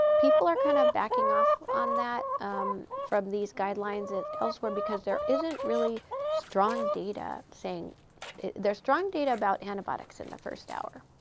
people are kind of backing off on that from these guidelines and elsewhere, because there isn't really strong data saying there's strong data about antibiotics in the first hour.